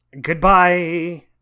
goodbye